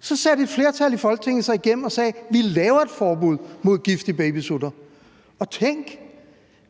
Så satte et flertal i Folketinget sig igennem og sagde: Vi laver et forbud mod gift i babysutter. Og tænk: